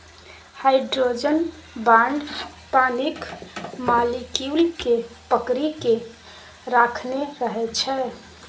hydrogen bond पानिक molecule केँ पकरि केँ राखने रहै छै